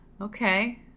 okay